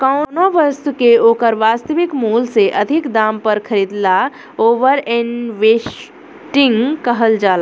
कौनो बस्तु के ओकर वास्तविक मूल से अधिक दाम पर खरीदला ओवर इन्वेस्टिंग कहल जाला